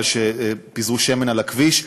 כי פיזרו שמן על הכביש.